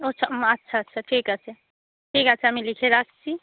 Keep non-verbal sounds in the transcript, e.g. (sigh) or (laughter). (unintelligible) আচ্ছা আচ্ছা ঠিক আছে ঠিক আছে আমি লিখে রাখছি